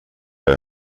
her